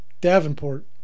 Davenport